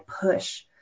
push